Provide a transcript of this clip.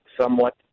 somewhat